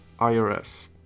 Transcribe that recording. IRS